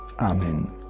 Amen